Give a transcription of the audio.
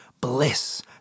Bliss